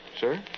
Sir